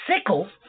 sickle